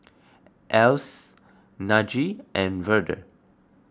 Else Najee and Verda